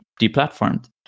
deplatformed